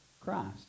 Christ